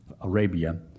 Arabia